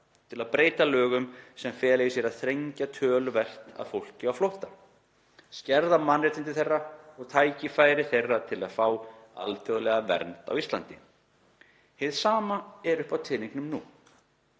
þess að breyta lögunum sem fela í sér að þrengja töluvert að fólki á flótta, skerða mannréttindi þeirra og tækifæri þeirra til þess að fá alþjóðlega vernd á Íslandi. Hið sama er uppi á teningnum nú.